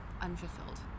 unfulfilled